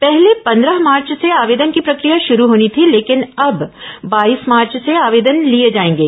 पहले पंद्रह मार्व से आवेदन की प्रक्रिया शुरू होनी थी लेकिन अब बाईस मार्च से आवेदन लिए जाएंगे